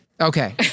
Okay